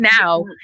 now